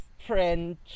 French